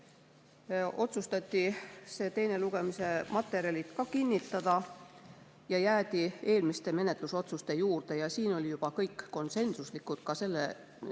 otsustati teise lugemise materjalid kinnitada ja jäädi eelmiste menetlusotsuste juurde. Siin olid juba kõik otsused konsensuslikud, ka see